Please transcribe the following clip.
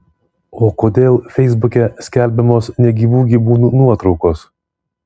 o kodėl feisbuke skelbiamos negyvų gyvūnų nuotraukos